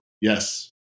Yes